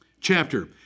chapter